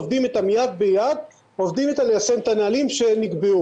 עובדים איתם יד ביד ועובדים איתם ליישם את הנהלים שנקבעו.